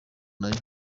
nayo